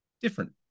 different